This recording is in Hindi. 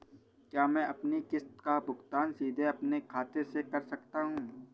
क्या मैं अपनी किश्त का भुगतान सीधे अपने खाते से कर सकता हूँ?